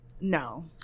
No